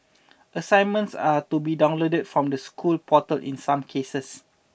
assignments are to be downloaded from the school portal in some cases